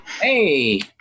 Hey